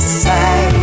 say